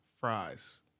fries